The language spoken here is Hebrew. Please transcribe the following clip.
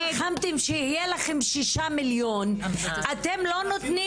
נלחמתם שיהיו לכם 6 מיליון אבל אתם לא נותנים